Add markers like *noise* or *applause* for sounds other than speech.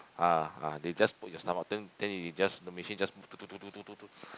ah ah they just put your stomach then then the machine just *noise*